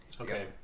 Okay